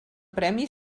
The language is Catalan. premi